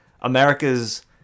America's